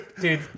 Dude